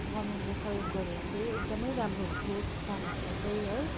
गभर्मेन्टले सहयोग गर्यो भने चाहिँ एकदमै राम्रो हुन्थ्यो किसानहरूलाई चाहिँ है